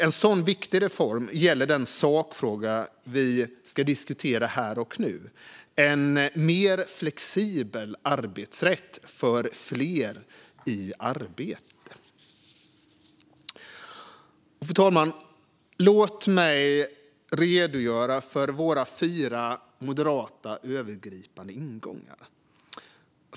En sådan viktig reform gäller den sakfråga vi ska diskutera här och nu: En mer flexibel arbetsrätt för fler i arbete. Fru talman! Låt mig redogöra för våra fyra moderata övergripande ingångar.